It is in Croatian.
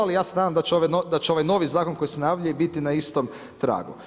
Ali ja se nadam se će ovaj novi zakon koji se najavljuje biti na istom tragu.